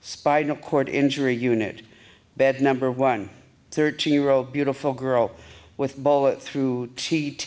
spinal cord injury unit bed number one thirteen year old beautiful girl with ball through she